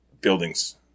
buildings